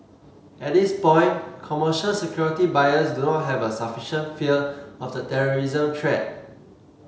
at this point commercial security buyers do not have a sufficient fear of the terrorism threat